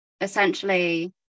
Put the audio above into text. essentially